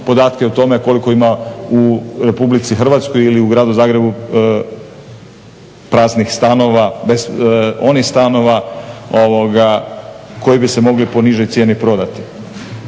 podatke o tome koliko ima u RH ili u gradu Zagrebu praznih stanova, onih stanova koji bi se mogli po nižoj cijeni prodati.